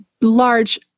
large